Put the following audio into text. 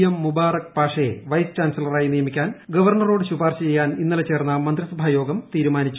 M Mubarak പാഷയെ vice ചാൻസലറായി നിയമിക്കാൻ ഗവർണറോട് ശുപാർശ ചെയ്യാൻ ഇന്നലെ ചേർന്ന മന്ത്രിസഭായോഗം തീരുമാനിച്ചു